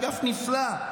אגף נפלא.